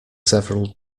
several